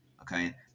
okay